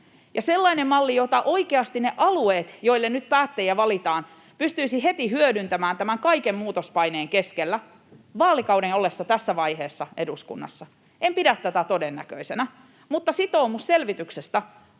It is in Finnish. sellaisen mallin, jota oikeasti ne alueet, joille nyt päättäjiä valitaan, pystyisivät heti hyödyntämään tämän kaiken muutospaineen keskellä vaalikauden ollessa eduskunnassa tässä vaiheessa, en pidä todennäköisenä. Mutta sitoumus selvityksestä